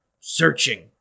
searching